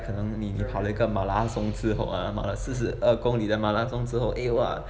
可能你跑了个马拉松之后 err 跑了四十二公里的马拉松之后 eh !wah!